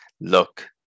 look